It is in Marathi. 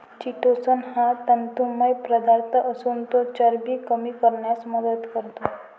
चिटोसन हा तंतुमय पदार्थ असून तो चरबी कमी करण्यास मदत करतो